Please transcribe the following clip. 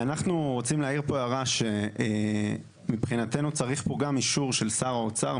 אנחנו רוצים להעיר פה הערה: מבחינתנו צריך פה גם אישור של שר האוצר,